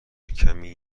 کمی